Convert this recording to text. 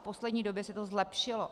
V poslední době se to zlepšilo.